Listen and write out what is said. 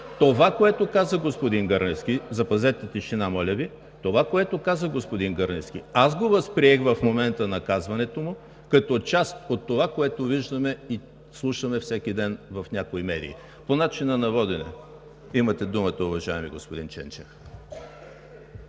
от „БСП за България“.) Запазете тишина, моля Ви! Това, което каза господин Гърневски, аз го възприех в момента на казването му като част от това, което виждаме и слушаме всеки ден в някои медии. По начина на водене – имате думата, уважаеми господин Ченчев.